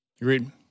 Agreed